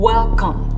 Welcome